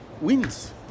wins